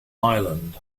ireland